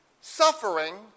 suffering